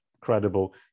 credible